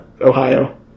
Ohio